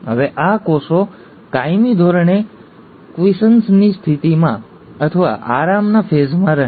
હવે આ કોષો કાયમી ધોરણે ક્વિસન્સની સ્થિતિમાં અથવા આરામના ફેઝમાં રહે છે